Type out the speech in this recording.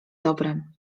dobrem